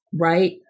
right